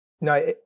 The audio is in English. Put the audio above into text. No